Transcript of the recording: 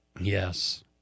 yes